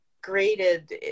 graded